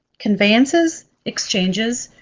conveyances, exchanges,